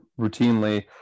routinely